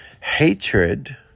hatred